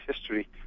history